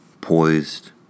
poised